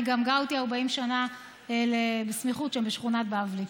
אני גם גרתי 40 שנה בסמיכות לשם, בשכונת בבלי.